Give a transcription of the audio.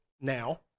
now